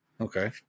Okay